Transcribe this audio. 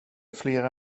flera